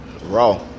raw